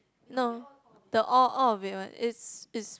no the all all of it one it's it's